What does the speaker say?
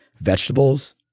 vegetables